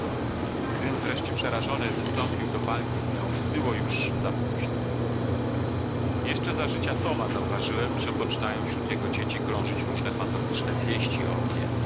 gdym wreszcie przerażony wystąpił do walki z nią było już zapóźno jeszcze za życia toma zauważyłem że poczynają wśród jego dzieci krążyć różne fantastyczne wieści o mnie